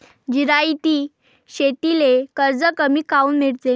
जिरायती शेतीले कर्ज कमी काऊन मिळते?